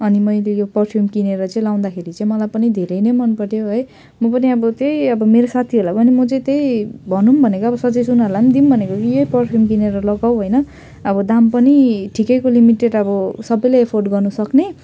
अनि मैले यो परफ्युम किनेर चाहिँ लगाउँदाखेरि चाहिँ मलाई पनि धेरै नै मनपऱ्यो है म पनि अब त्यही अब मेरो साथीहरूलाई पनि म चाहिँ त्यही भनौँ भनेको अब सजेस्ट उनीहरूलाई पनि दिऊँ भनेको कि यही परफ्युम किनेर लगाऊ होइन अब दाम पनि ठिकैको लिमिटेड अब सबैले एफोर्ड गर्नुसक्ने